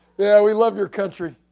yeah, we love your country.